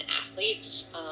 athletes